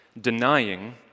denying